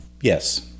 yes